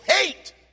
hate